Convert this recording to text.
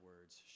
words